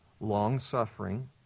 long-suffering